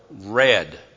red